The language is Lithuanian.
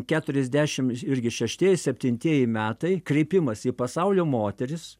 keturiasdešim irgi šeštieji septintieji metai kreipimąsi į pasaulio moteris